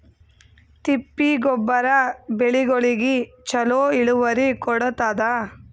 ತಿಪ್ಪಿ ಗೊಬ್ಬರ ಬೆಳಿಗೋಳಿಗಿ ಚಲೋ ಇಳುವರಿ ಕೊಡತಾದ?